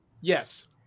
Yes